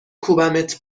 کوبمت